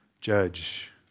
Judge